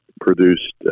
produced